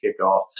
kickoff